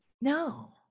No